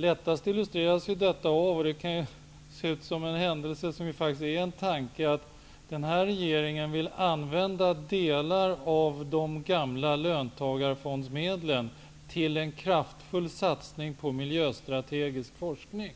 Lättast illustreras detta av -- det kan se ut som en händelse, men är faktiskt en tanke -- att den här regeringen vill använda delar av de gamla löntagarfondsmedlen till en kraftfull satsning på miljöstrategisk forskning.